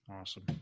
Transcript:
Awesome